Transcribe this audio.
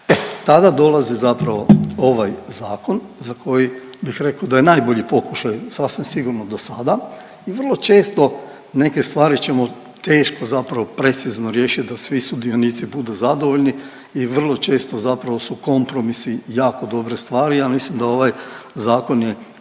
tada dolazi zapravo ovaj zakon za koji bih rekao da je najbolji pokušaj sasvim sigurno do sada i vrlo često neke stvari ćemo teško zapravo precizno riješiti da svi sudionici budu zadovoljni i vrlo često zapravo su kompromisi jako dobre stvari. Ja mislim da ovaj zakon je